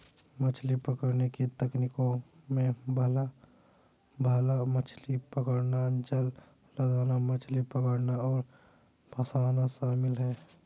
मछली पकड़ने की तकनीकों में भाला मछली पकड़ना, जाल लगाना, मछली पकड़ना और फँसाना शामिल है